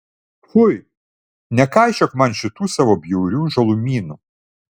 fui nekaišiok man šitų savo bjaurių žalumynų